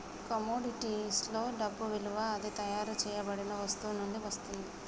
కమోడిటీస్లో డబ్బు విలువ అది తయారు చేయబడిన వస్తువు నుండి వస్తుంది